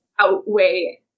outweigh